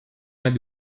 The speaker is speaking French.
vingt